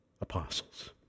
apostles